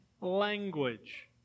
language